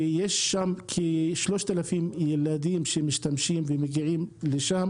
יש כ-3,000 ילדים שמגיעים לשם,